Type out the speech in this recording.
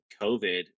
COVID